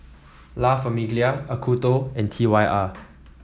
La Famiglia Acuto and T Y R